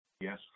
Yes